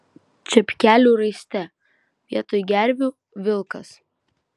čepkelių raiste vietoj gervių vilkas